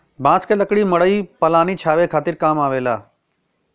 बांस क लकड़ी मड़ई पलानी छावे खातिर काम आवेला